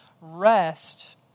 rest